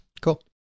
Cool